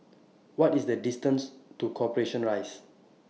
What IS The distance to Corporation Rise